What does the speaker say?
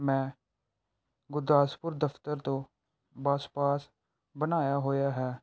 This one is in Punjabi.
ਮੈ ਗੁਰਦਾਸਪੁਰ ਦਫਤਰ ਤੋਂ ਬਸ ਪਾਸ ਬਣਾਇਆ ਹੋਇਆ ਹੈ